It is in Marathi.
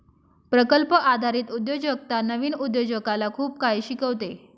प्रकल्प आधारित उद्योजकता नवीन उद्योजकाला खूप काही शिकवते